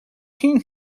him